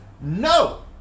No